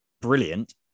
brilliant